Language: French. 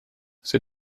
c’est